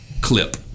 clip